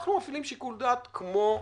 אנחנו מפעילים שיקול דעת כמו הממשלה.